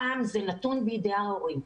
הפעם זה נתון בידי ההורים,